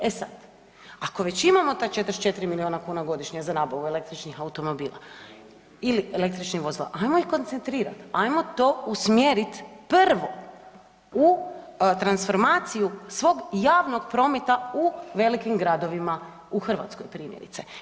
E sad, ako već imamo ta 44 miliona kuna godišnje za nabavu električnih automobila ili električnih vozila, ajmo ih koncentrirati, ajmo to usmjerit prvo u transformaciju svog javnog prometa u velikim gradovima u Hrvatskoj primjerice.